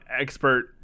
Expert